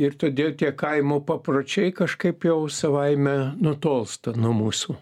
ir todėl tie kaimo papročiai kažkaip jau savaime nutolsta nuo mūsų